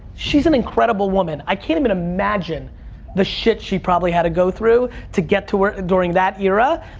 she's an incredible woman. i can't even imagine the shit she probably had to go through to get to where, during that era,